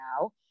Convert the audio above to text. now